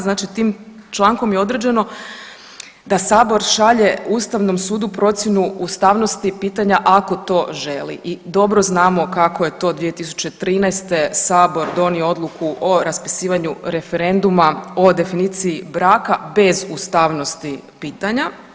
Znači tim člankom je određeno da sabor šalje Ustavnom sudu procjenu ustavnosti pitanja ako to želi i dobro znamo kako je to 2013. sabor donio odluku o raspisivanju referenduma o definiciji braka bez ustavnosti pitanja.